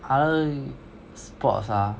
other sports ah